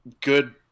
good